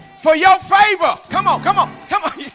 for your favor come on, come on, come on